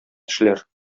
тешләр